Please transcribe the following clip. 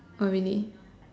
oh really